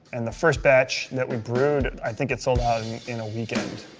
and the first batch that we brewed i think it sold out in a weekend,